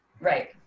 Right